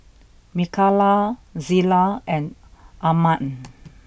Mikaila Zela and Armand